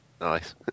Nice